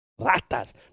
Ratas